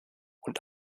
und